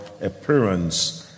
appearance